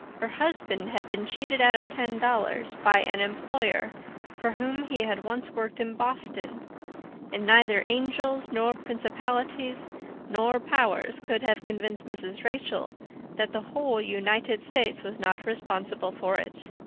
her husband had been cheated out of ten dollars by an employer for whom he had once worked in boston and neither angels nor principalities nor powers could have convinced mrs. rachel that the whole united states was not responsible for it.